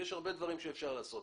יש הרבה דברים שאפשר לעשות.